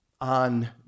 on